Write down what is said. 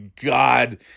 God